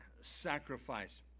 sacrifice